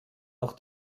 auch